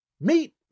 Meet